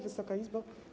Wysoka Izbo!